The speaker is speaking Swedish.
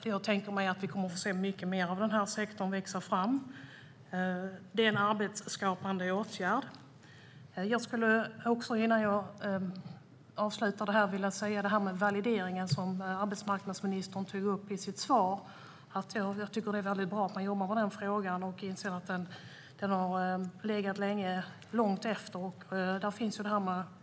Jag tänker mig att vi kommer att få se mycket mer av den sektorn växa fram. Det är en arbetsskapande åtgärd. När det gäller valideringen, som arbetsmarknadsministern tog upp i sitt svar, tycker jag att det är bra att man jobbar med frågan och inser att den har legat långt efter.